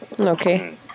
Okay